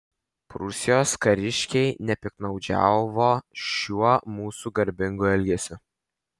prūsijos kariškiai nepiktnaudžiavo šiuo mūsų garbingu elgesiu